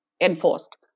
enforced